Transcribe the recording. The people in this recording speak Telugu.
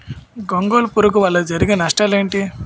గొంగళి పురుగు వల్ల జరిగే నష్టాలేంటి?